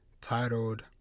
Titled